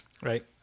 Right